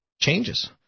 changes